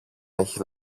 έχει